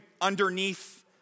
underneath